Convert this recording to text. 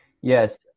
Yes